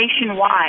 nationwide